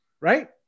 right